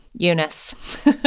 Eunice